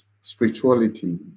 spirituality